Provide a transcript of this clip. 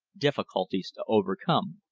difficulties to overcome.